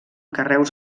carreus